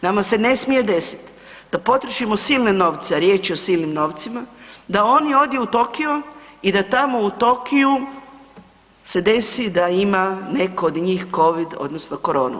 Nama se ne smije desiti da potrošimo silne novce, a riječ o silnim novcima, da oni odu u Tokio i da tamo u Tokiu se desi da ima netko od njih Covid odnosno koronu.